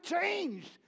changed